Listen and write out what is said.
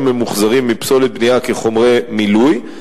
ממוחזרים מפסולת בנייה כחומרי מילוי,